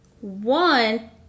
one